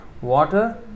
water